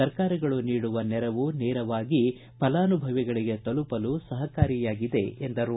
ಸರ್ಕಾರಗಳು ನೀಡುವ ನೆರವು ನೇರವಾಗಿ ಫಲಾನುಭವಿಗಳಿಗೆ ತಲುಪಲು ಸಹಕಾರಿಯಾಗಿದೆ ಎಂದರು